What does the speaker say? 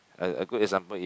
a a good example if